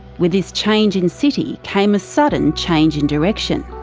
with this change in city came a sudden change in direction.